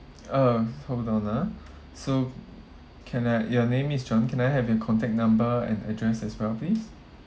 uh hold on ah so can I your name is john can I have your contact number and address as well please